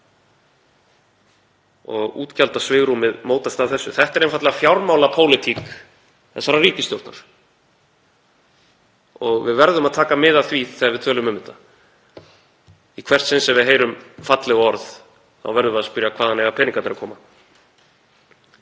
og útgjaldasvigrúmið mótast af því. Þetta er einfaldlega fjármálapólitík þessarar ríkisstjórnar og við verðum að taka mið af því þegar við tölum um þetta. Í hvert sinn sem við heyrum falleg orð verðum við að spyrja: Hvaðan eiga peningarnir að koma?